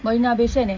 marina bay sand eh